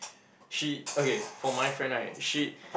she okay for my friend right she